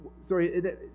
Sorry